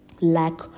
lack